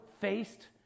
faced